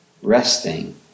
resting